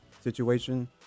situation